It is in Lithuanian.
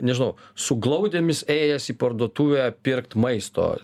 nežinau su glaudėmis ėjęs į parduotuvę pirkt maisto